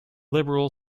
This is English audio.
liberal